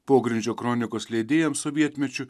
pogrindžio kronikos leidėjams sovietmečiu